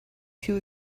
too